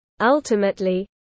Ultimately